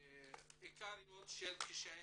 העיקריות של קשיי